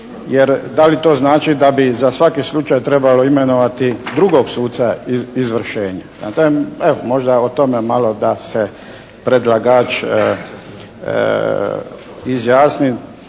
Jer, da li to znači da bi za svaki slučaj trebalo imenovati drugog suca izvršena. Prema tome, evo možda o tome malo da se predlagač izjasni